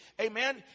Amen